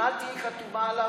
ואם את תהיי חתומה עליו,